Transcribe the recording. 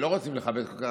שלא רוצים לחבק כל כך,